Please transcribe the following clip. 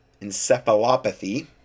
encephalopathy